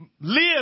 live